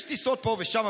יש טיסות פה ושם,